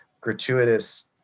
gratuitous